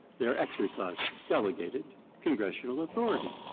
they're exercising delegated congressional authority.